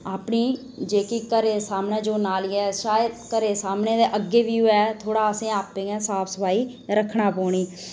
कि अपनी घरै दे सामनै जो नाली ऐ शायद घरै दे सामनै थोह्ड़ा अग्गें बी होऐ असें आपें गै साफ सफाई रक्खना पौनी